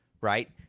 right